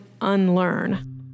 unlearn